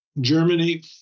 Germany